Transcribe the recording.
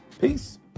Peace